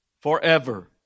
forever